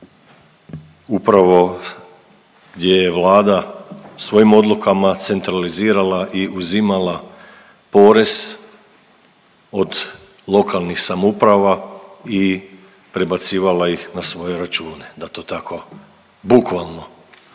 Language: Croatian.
upravo gdje je Vlada svojim odlukama centralizirala i uzimala porez od lokalnih samouprava i prebacivala ih na svoje računa, da to tako bukvalno